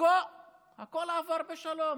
הכול עבר בשלום.